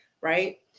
right